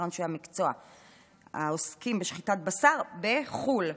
אנשי המקצוע העוסקים בשחיטת בשר בחו"ל,